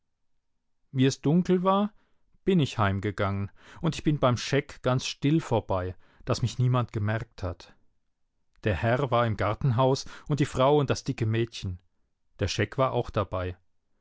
wie es dunkel war bin ich heim gegangen und ich bin beim scheck ganz still vorbei daß mich niemand gemerkt hat der herr war im gartenhaus und die frau und das dicke mädchen der scheck war auch dabei